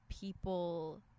people